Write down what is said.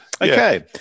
Okay